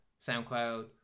SoundCloud